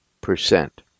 percent